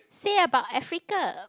say about Africa